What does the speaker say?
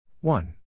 one